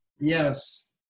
yes